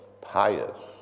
pious